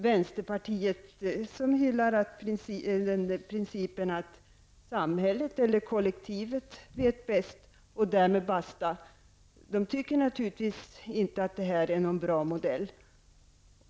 Vänsterpartiet, som hyllar principen att det är samhället eller kollektivet som vet bäst och därmed basta, tycker naturligtvis inte att det här är någon bra modell.